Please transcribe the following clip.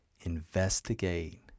investigate